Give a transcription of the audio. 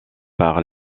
par